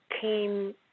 came